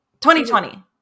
2020